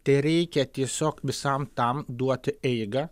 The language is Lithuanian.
tereikia tiesiog visam tam duoti eigą